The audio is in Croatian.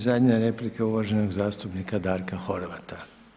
I zadnja replika je uvaženog zastupnika Darka Horvata.